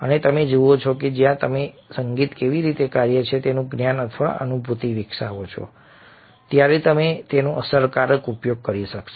અને તમે જુઓ છો કે જ્યારે તમે સંગીત કેવી રીતે કાર્ય કરે છે તેનું જ્ઞાન અથવા અનુભૂતિ વિકસાવો છો ત્યારે તમે તેનો અસરકારક ઉપયોગ કરી શકશો